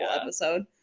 episode